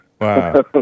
Wow